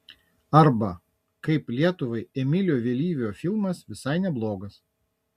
arba kaip lietuvai emilio vėlyvio filmas visai neblogas